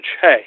Hey